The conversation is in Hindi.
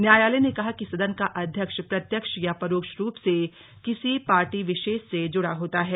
न्यायालय ने कहा कि सदन का अध्यक्ष प्रत्यक्ष या परोक्ष रूप से किसी पार्टी विशेष से जुड़ा होता है